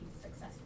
successful